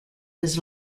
his